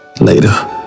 Later